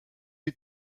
you